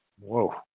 Whoa